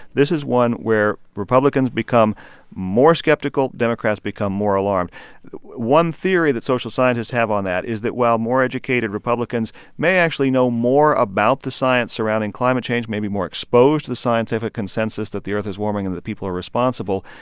this is one where republicans become more skeptical. democrats become more alarmed one theory that social scientists have on that is that while more educated republicans may actually know more about the science surrounding climate change, may be more exposed to the scientific consensus that the earth is warming and that people are responsible,